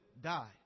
die